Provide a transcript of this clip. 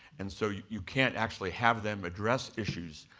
and so you can't actually have them address issues